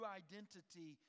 identity